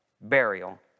burial